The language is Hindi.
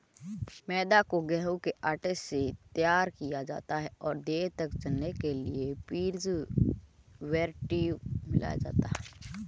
मैदा को गेंहूँ के आटे से तैयार किया जाता है और देर तक चलने के लिए प्रीजर्वेटिव मिलाया जाता है